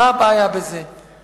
מה הבעיה עם זה?